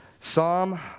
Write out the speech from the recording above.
Psalm